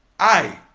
i,